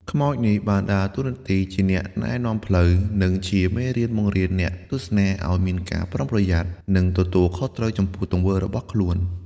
ខ្មោចនេះបានដើរតួនាទីជាអ្នកណែនាំផ្លូវ និងជាមេរៀនបង្រៀនអ្នកទស្សនាឲ្យមានការប្រុងប្រយ័ត្ន និងទទួលខុសត្រូវចំពោះទង្វើរបស់ខ្លួន។